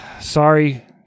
sorry